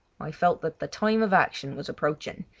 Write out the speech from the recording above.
i felt that the time of action was approaching,